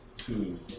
two